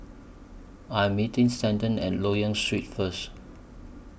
I Am meeting Stanton At Loyang Street First